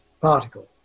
particle